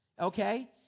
Okay